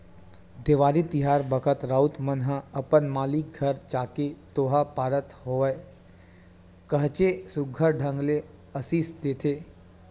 देवारी तिहार बखत राउत मन ह अपन मालिक घर जाके दोहा पारत होय काहेच सुग्घर ढंग ले असीस देथे